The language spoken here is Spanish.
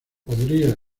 podría